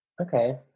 okay